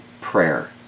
prayer